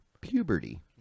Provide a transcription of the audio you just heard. puberty